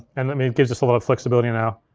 and i mean it gives us a lot of flexibility now.